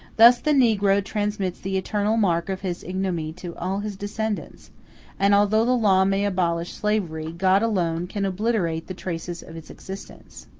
thus the negro transmits the eternal mark of his ignominy to all his descendants and although the law may abolish slavery, god alone can obliterate the traces of its existence.